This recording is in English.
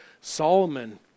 Solomon